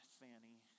fanny